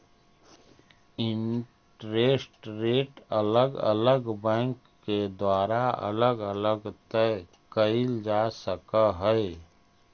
interest rate अलग अलग bank के द्वारा अलग अलग तय कईल जा सकऽ हई